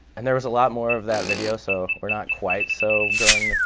and there was a lot more of that video, so we're not quite so growing